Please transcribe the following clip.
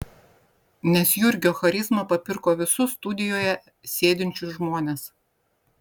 nes jurgio charizma papirko visus studijoje sėdinčius žmones